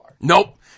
nope